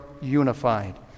unified